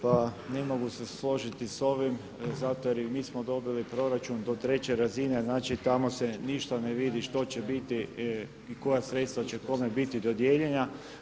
Pa ne mogu se složiti s ovim zato jer i mi smo dobili proračun do treće razine znači tamo se ništa ne vidi što će biti i koja će sredstva kome biti dodijeljena.